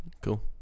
Cool